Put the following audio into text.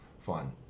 Fun